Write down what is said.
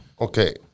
Okay